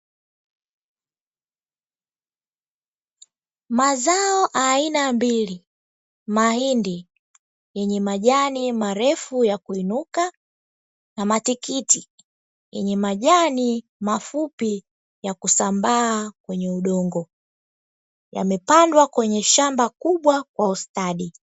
Mazao aina mbili, mahindi yenye majani marefu ya kuinuka na matikiti yenye majani mafupi ya kusambaa kwenye udongo. Yamepandwa kwenye shamba kubwa na kwa ustadi.